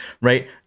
right